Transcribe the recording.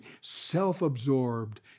self-absorbed